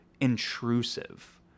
intrusive